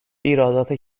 ایرادات